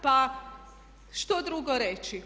Pa što drugo reći?